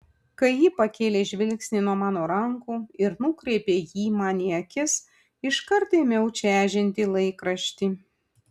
kai ji pakėlė žvilgsnį nuo mano rankų ir nukreipė jį man į akis iškart ėmiau čežinti laikraštį